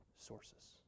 sources